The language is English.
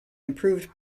improved